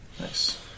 Nice